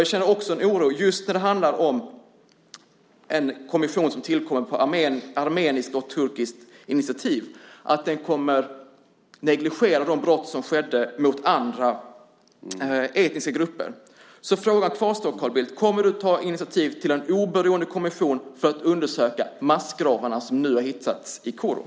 Jag känner också en oro, när det gäller en kommission som tillkommer på armeniskt och turkiskt initiativ, att den kommer att negligera de brott som skedde mot andra etniska grupper. Så frågan kvarstår, Carl Bildt: Kommer du att ta initiativ till en oberoende kommission för att undersöka massgravarna som nu har hittats i Kuru?